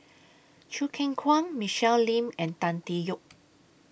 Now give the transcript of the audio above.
Choo Keng Kwang Michelle Lim and Tan Tee Yoke